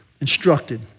instructed